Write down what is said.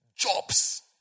jobs